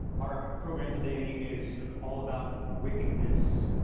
our program today is all about wickedness,